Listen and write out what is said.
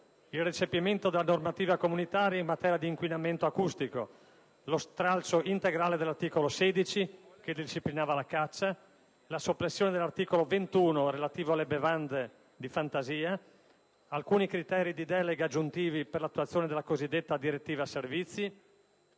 il recepimento della normativa comunitaria in materia di inquinamento acustico; lo stralcio integrale dell'articolo 16, che disciplinava la caccia; la soppressione dell'articolo 21 relativo alle bevande di fantasia; alcuni criteri di delega aggiuntivi per l'attuazione della cosiddetta direttiva servizi;